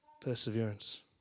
Perseverance